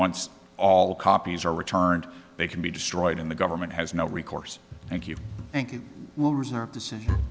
once all copies are returned they can be destroyed in the government has no recourse thank you thank you we'll reserve decision